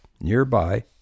nearby